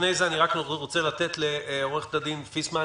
לפניו אני רוצה לתת לעורכת הדין פיסמן